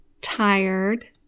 Tired